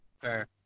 fair